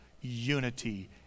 unity